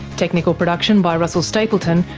technical production by russell stapleton,